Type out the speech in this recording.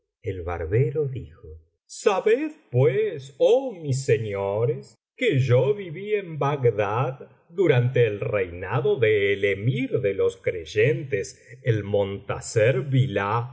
el barbero dijo sabed pues oh mis señores que yo viví en bagdad durante el reinado del emir de los creyentes el montasser billah